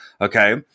Okay